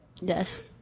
Yes